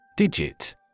Digit